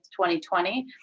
2020